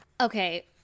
Okay